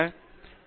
பேராசிரியர் எஸ்